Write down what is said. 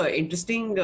interesting